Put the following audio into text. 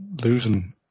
losing